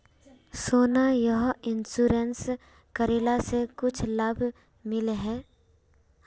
सोना यह इंश्योरेंस करेला से कुछ लाभ मिले है?